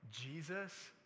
Jesus